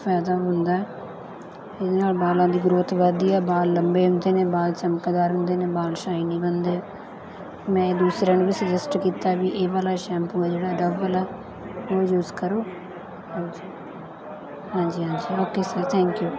ਫਾਇਦਾ ਹੁੰਦਾ ਇਹਦੇ ਨਾਲ ਬਾਲਾਂ ਦੀ ਗ੍ਰੋਥ ਵਧਦੀ ਹੈ ਬਾਲ ਲੰਬੇ ਹੁੰਦੇ ਨੇ ਬਾਲ ਚਮਕਦਾਰ ਹੁੰਦੇ ਨੇ ਬਾਲ ਸ਼ਾਇਨੀ ਬਣਦੇ ਮੈਂ ਇਹ ਦੂਸਰਿਆਂ ਨੂੰ ਵੀ ਸੁਜੈਸਟ ਕੀਤਾ ਵੀ ਇਹ ਵਾਲਾ ਸ਼ੈਂਪੂ ਹੈ ਜਿਹੜਾ ਡਵ ਵਾਲਾ ਉਹ ਯੂਸ ਕਰੋ ਹਾਂਜੀ ਹਾਂਜੀ ਹਾਂਜੀ ਓਕੇ ਸਰ ਥੈਂਕ ਯੂ